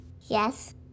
Yes